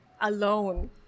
alone